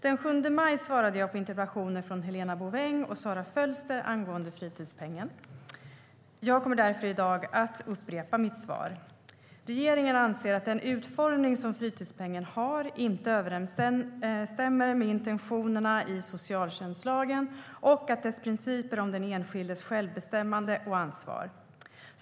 Den 7 maj svarade jag på interpellationer från Helena Bouveng och Sofia Fölster angående fritidspengen. Jag kommer därför i dag att upprepa mitt svar. Regeringen anser att den utformning som fritidspengen har inte överensstämmer med intentionerna i socialtjänstlagen och dess principer om den enskildes självbestämmande och ansvar.